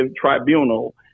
tribunal